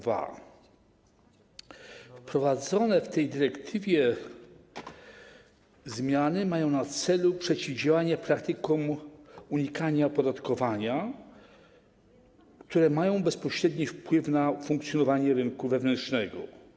Wprowadzone w tej dyrektywie zmiany mają na celu przeciwdziałanie praktykom unikania opodatkowania, które mają bezpośredni wpływ na funkcjonowanie rynku wewnętrznego.